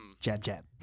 jab-jab